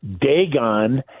Dagon